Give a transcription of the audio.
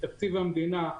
מתקציב המדינה,